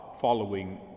following